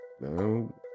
No